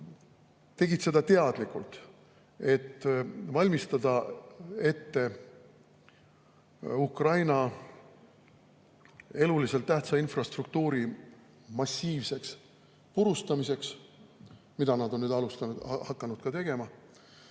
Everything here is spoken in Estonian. tegid seda teadlikult, et valmistada ette Ukraina eluliselt tähtsa infrastruktuuri massiivset purustamist, mida nad on nüüd ka tegema hakanud, ja seeläbi